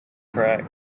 crack